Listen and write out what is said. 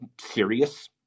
serious